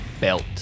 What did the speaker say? belt